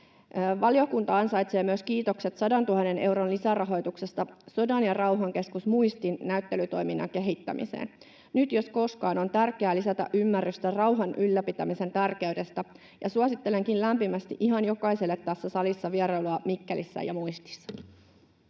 Valiokunta ansaitsee myös kiitokset 100 000 euron lisärahoituksesta Sodan ja rauhan keskus Muistin näyttelytoiminnan kehittämiseen. Nyt jos koskaan on tärkeää lisätä ymmärrystä rauhan ylläpitämisen tärkeydestä, ja suosittelenkin lämpimästi ihan jokaiselle tässä salissa vierailua Mikkelissä ja Muistissa.